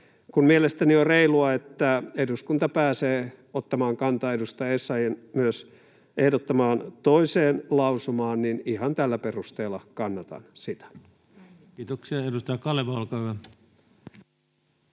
Kun mielestäni on reilua, että eduskunta pääsee ottamaan kantaa myös edustaja Essayahin ehdottamaan toiseen lausumaan, niin ihan tällä perusteella kannatan sitä. Kiitoksia. — Edustaja Kaleva, olkaa hyvä.